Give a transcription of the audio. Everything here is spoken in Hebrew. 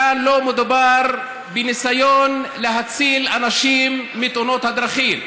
כאן לא מדובר בניסיון להציל אנשים מתאונות הדרכים.